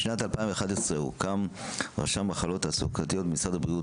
בשנת 2011 הוקם רשם מחלות תעסוקתיות במשרד הבריאות